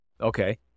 okay